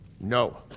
No